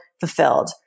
fulfilled